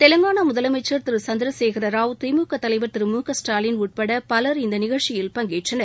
தெலங்கானா முதலமைச்சர் திரு சந்திரசேகர ராவ் திமுக தலைவர் திரு மு க ஸ்டாலின் உட்பட பலர் இந்த நிகழ்ச்சியில் பங்கேற்றனர்